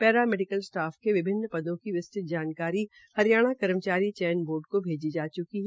para medical staff के विभिन्न पदों की विस्तृत जानकारी हरियाणा कर्मचारी चयन बोर्ड को भैजी जा च्की है